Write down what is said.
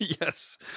Yes